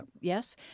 yes